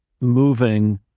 moving